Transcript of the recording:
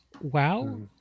WoW